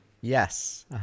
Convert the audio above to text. Yes